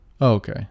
okay